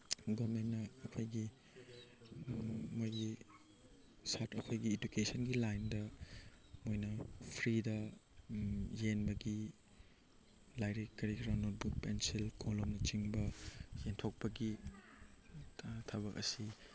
ꯒꯣꯔꯃꯦꯟꯅ ꯑꯩꯈꯣꯏꯒꯤ ꯃꯣꯏꯒꯤ ꯁꯥꯏꯠ ꯑꯩꯈꯣꯏꯒꯤ ꯏꯗꯨꯀꯦꯁꯟꯒꯤ ꯂꯥꯏꯟꯗ ꯃꯣꯏꯅ ꯐ꯭ꯔꯤꯗ ꯌꯦꯟꯕꯒꯤ ꯂꯥꯏꯔꯤꯛ ꯀꯔꯤ ꯀꯔꯥ ꯅꯣꯠꯕꯨꯛ ꯄꯦꯟꯁꯤꯜ ꯀꯣꯂꯣꯝꯅꯆꯤꯡꯕ ꯌꯦꯟꯇꯣꯛꯄꯒꯤ ꯊꯕꯛ ꯑꯁꯤ